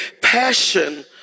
passion